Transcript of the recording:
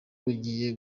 rugiye